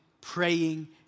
praying